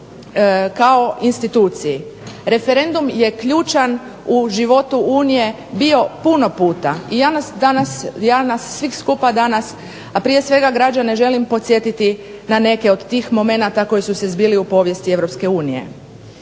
kao instituciji. Referendum je ključan u životu Unije bio puno puta i ja nas svih skupa danas, a prije svega građane, želim podsjetiti na neke od tih momenata koji su se zbili u povijesti EU. Kao način